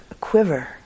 quiver